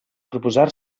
proposar